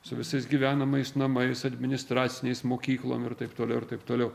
su visais gyvenamais namais administraciniais mokyklom ir taip toliau ir taip toliau